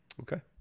Okay